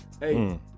Hey